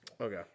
Okay